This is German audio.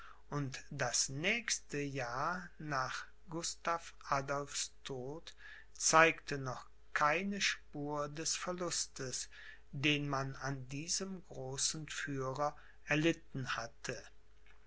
und das nächste jahr nach gustav adolphs tode zeigte noch keine spur des verlustes den man an diesem großen führer erlitten hatte